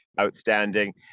outstanding